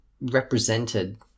represented